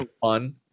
fun